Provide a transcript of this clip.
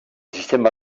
sistema